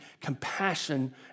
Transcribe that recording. compassion